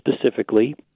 specifically